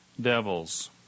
devils